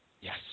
Yes